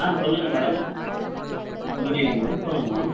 ஆ சொல்லுங்கள் madam good evening ma'am சொல்லுங்கள் ma'am